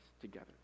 together